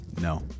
No